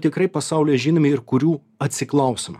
tikrai pasaulyje žinomi ir kurių atsiklausoma